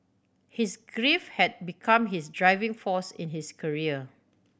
his grief had become his driving force in his career